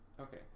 okay